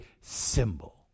symbol